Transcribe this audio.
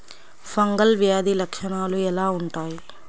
Fungal వ్యాధి లక్షనాలు ఎలా వుంటాయి?